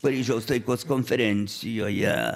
paryžiaus taikos konferencijoje